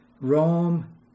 Rome